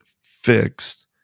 fixed